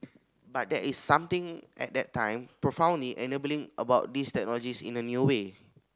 but there is something at that time profoundly enabling about these technologies in a new way